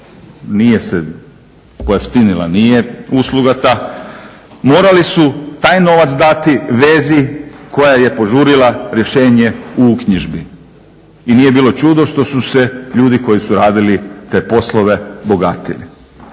nije se pojeftinila usluga ta, morali su taj novac dati vezi koja je požurila rješenje u uknjižbi. I nije bilo čudo što su se ljudi koji su radili te poslove bogatili.